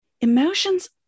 Emotions